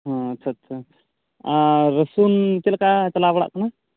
ᱦᱩᱸ ᱟᱪᱪᱷᱟ ᱟᱪᱪᱷᱟ ᱟᱨ ᱨᱚᱥᱩᱱ ᱪᱮᱫ ᱞᱮᱠᱟ ᱪᱟᱞᱟᱣ ᱵᱟᱲᱟᱜ ᱠᱟᱱᱟ